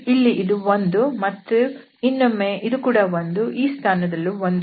ಇಲ್ಲಿ ಇದು 1 ಮತ್ತು ಇನ್ನೊಮ್ಮೆ ಇದು ಕೂಡ 1 ಈ ಸ್ಥಾನದಲ್ಲೂ 1 ಇದೆ